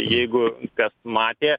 jeigu kas matė